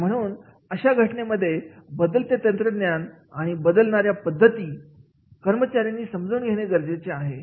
तर म्हणून अशा घटनांमध्ये बदलते तंत्रज्ञान आणि बदलणाऱ्या पद्धती कर्मचाऱ्यांनी समजून घेणे गरजेचे आहे